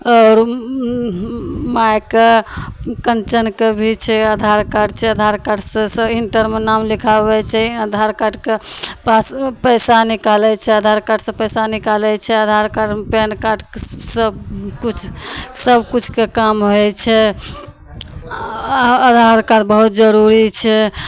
आओर उँ हूँ मायके कञ्चनके भी छै आधार कार्ड छै आधार कार्डसँ से इन्टरमे नाम लिखाबय छै आधार कार्डके पासबुक पैसा निकालय छै आधार कार्डसँ पैसा निकालय छै आधार कार्ड पैन कार्ड सब किछु सबकिछुके काम होइ छै अँ आधार कार्ड बहुत जरूरी छै